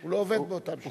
הוא לא עובד באותה תקופה.